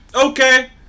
Okay